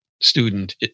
student